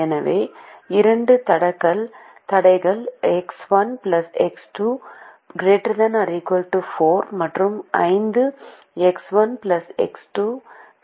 எனவே இரண்டு தடைகள் எக்ஸ் 1 எக்ஸ் 2 ≥ 4 மற்றும் 5 எக்ஸ் 1 2 எக்ஸ் 2 ≥ 10